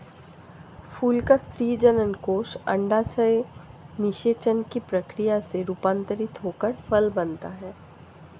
फूल का स्त्री जननकोष अंडाशय निषेचन की प्रक्रिया से रूपान्तरित होकर फल बनता है